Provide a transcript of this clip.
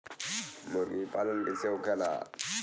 मुर्गी पालन कैसे होखेला?